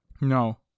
No